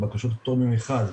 בקשות פטור ממכרז.